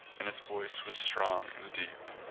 and his voice was strong and deep.